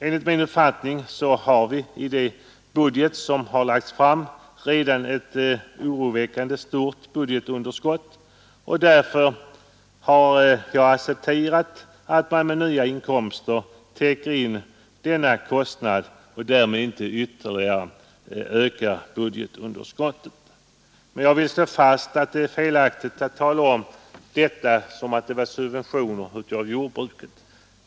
Enligt min uppfattning är budgetunderskottet redan oroväckande stort, och därför har jag accepterat att man med nya inkomster täcker in denna kostnad och därmed undviker att ytterligare öka budgetunderskottet. Jag vill slå fast att det är felaktigt att tala om subventioner åt jordbruket.